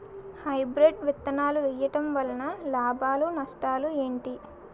Hybrid విత్తనాలు వేయటం వలన లాభాలు నష్టాలు ఏంటి?